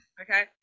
okay